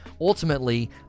Ultimately